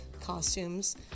costumes